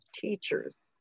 teachers